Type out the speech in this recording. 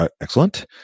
Excellent